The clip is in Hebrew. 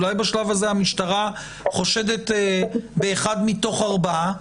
אולי בשלב הזה המשטרה חושדת באחד מתוך ארבעה?